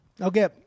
Okay